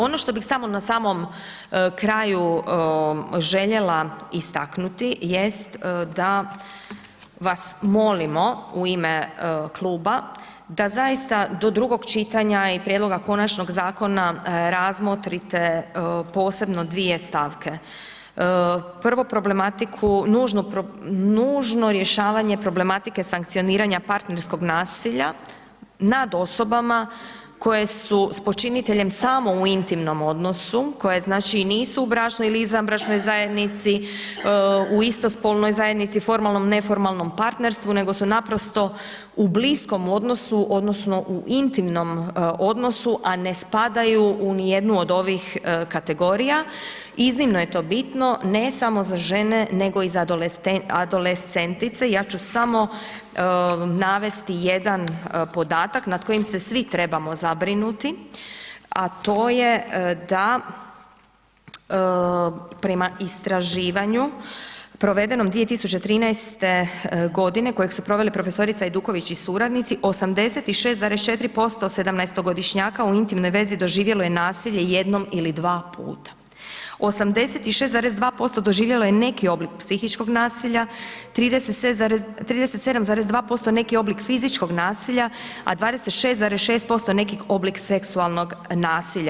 Ono što bih samo na samom kraju željela istaknuti jest da vas molimo u ime kluba da zaista do drugog čitanja i prijedloga Konačnog zakona razmotrite posebno dvije stavke, prvo problematiku, nužno rješavanje problematike sankcioniranja partnerskog nasilja nad osobama koje su s počiniteljem samo u intimnom odnosu, koje znači nisu u bračnoj ili izvanbračnoj zajednici, u istospolnoj zajednici, formalnom, neformalnom partnerstvu, nego su naprosto u bliskom odnosu odnosno u intimnom odnosu, a ne spadaju u ni jednu od ovih kategorija, iznimno je to bitno, ne samo za žene, nego i za adolescentice, ja ću samo navesti jedan podatak nad kojim se svi trebamo zabrinuti, a to je da prema istraživanju provedenom 2013.g. kojeg su provele prof. Ajduković i suradnici, 86,4% 17.-godišnjaka u intimnoj vezi doživjelo je nasilje jednom ili dva puta, u 86,2% doživjelo je neki oblik psihičkog nasilja, 37,2% neki oblik fizičkog nasilja a 26,6% neki oblik seksualnog nasilja.